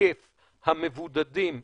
והיקף המבודדים יורד,